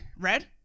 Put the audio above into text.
Red